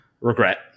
Regret